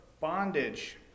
bondage